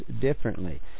differently